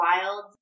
wild